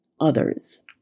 others